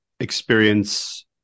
experience